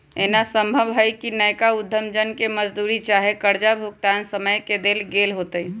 एना संभव हइ कि नयका उद्यम जन के मजदूरी चाहे कर्जा भुगतान समय न देल गेल होतइ